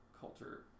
culture